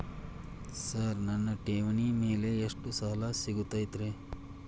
Sir ನನ್ನ ಠೇವಣಿ ಮೇಲೆ ಎಷ್ಟು ಸಾಲ ಸಿಗುತ್ತೆ ರೇ?